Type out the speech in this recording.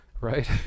Right